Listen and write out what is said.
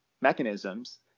mechanisms